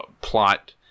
plot